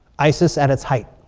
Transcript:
isis at its height.